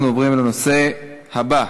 אנחנו עוברים לנושא הבא,